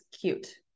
cute